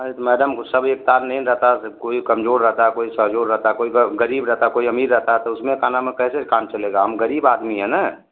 अरे तो मैडम गुस्सा भी एक कार्य नहीं न रहता सिर्फ कोई कमजोर रहता है कोई सहज़ोर रहता है कोई ग गरीब रहता है कोई अमीर रहता है तो उसमें का नाम है कैसे काम चलेगा हम गरीब आदमी है न